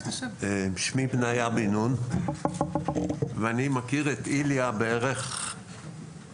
שמי בניה בן נון ואני מכיר את איליה בערך יום